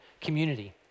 Community